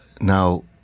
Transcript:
Now